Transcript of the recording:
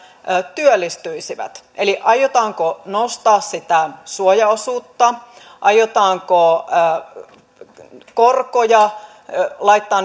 työllistyisivät eli aiotaanko nostaa sitä suojaosuutta aiotaanko laittaa